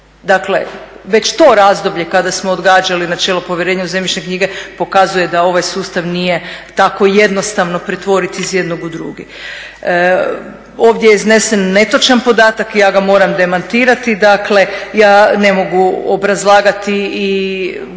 2009.Dakle, već to razdoblje kada smo odgađali načelo povjerenja u zemljišne knjige, pokazuje da ovaj sustav nije tako jednostavno pretvoriti iz jednog u drugi. Ovdje je iznesen netočan podatak, ja ga moram demantirati. Dakle, ja ne mogu obrazlagati i